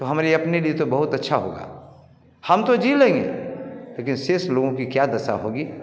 तो हमारे अपने लिए तो बहुत अच्छा होगा हम तो जी लेंगे लेकिन शेष लोगों की क्या दशा होगी